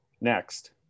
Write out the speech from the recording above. Next